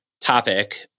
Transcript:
topic